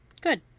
good